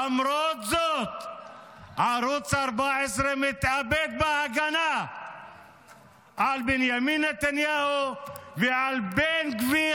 למרות זאת ערוץ 14 מתאבד בהגנה על בנימין נתניהו ועל בן גביר,